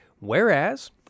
Whereas